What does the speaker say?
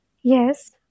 Yes